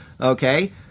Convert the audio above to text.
okay